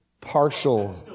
partial